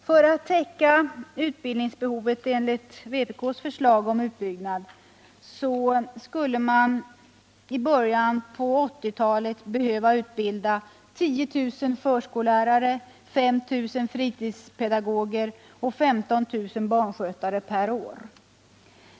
För att täcka utbildningsbehovet enligt vpk:s förslag om utbyggnad skulle man i början på 1980-talet behöva utbilda 10000 förskollärare, 5000 fritidspedagoger och 15 000 barnskötare per år.